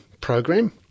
program